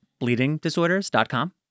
bleedingdisorders.com